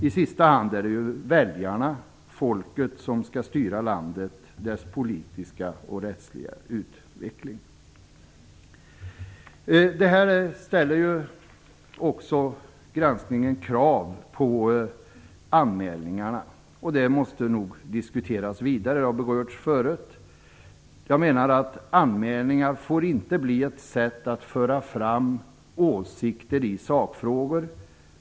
I sista hand är det väljarna, folket, som skall styra landet och dess politiska och rättsliga utveckling. Det ställer också i granskningen krav på anmälningarna. Det måste nog diskuteras vidare, och det har berörts förut. Jag menar att anmälningar inte får bli ett sätt att föra fram åsikter i sakfrågor.